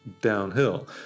Downhill